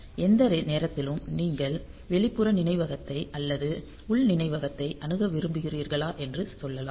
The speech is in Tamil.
எந்த நேரத்திலும் நீங்கள் வெளிப்புற நினைவகத்தை அல்லது உள் நினைவகத்தை அணுக விரும்புகிறீர்களா என்று சொல்லலாம்